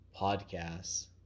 podcasts